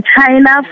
China